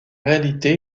réalité